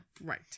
Right